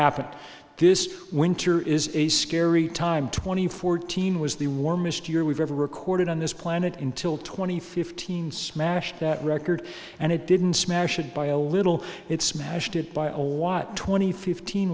happen this winter is a scary time twenty fourteen was the warmest year we've ever recorded on this planet until twenty fifteen smashed that record and it didn't smash it by a little it smashed it by old what twenty fifteen